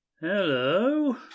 Hello